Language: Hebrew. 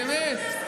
באמת.